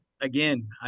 again